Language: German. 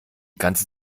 ganze